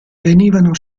venivano